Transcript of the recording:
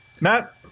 Matt